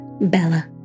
Bella